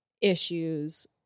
issues